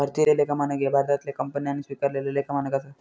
भारतीय लेखा मानक ह्या भारतातल्या कंपन्यांन स्वीकारलेला लेखा मानक असा